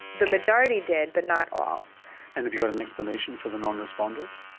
the majority did but not all and have you got an explanation for the non responders?